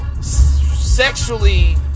sexually